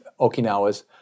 Okinawa's